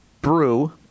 brew